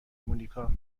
مونیکا